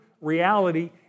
reality